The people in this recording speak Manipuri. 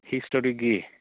ꯍꯤꯁꯇꯣꯔꯤꯒꯤ